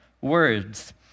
words